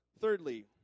Thirdly